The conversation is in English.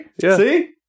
see